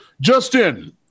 Justin